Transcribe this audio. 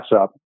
up